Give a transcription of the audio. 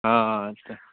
हँ हँ